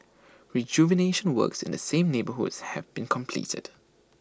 rejuvenation works in the same neighbourhoods have been completed